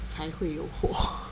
才会有货